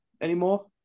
anymore